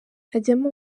hajyamo